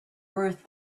worth